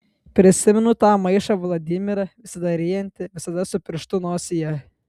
prisimenu tą maišą vladimirą visada ryjantį visada su pirštu nosyje